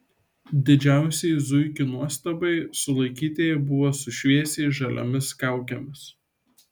didžiausiai zuikių nuostabai sulaikytieji buvo su šviesiai žaliomis kaukėmis